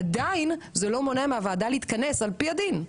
לא מונע מהוועדה להתכנס על פי דין.